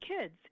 kids